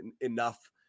enough